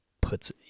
puts